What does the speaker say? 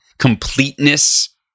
completeness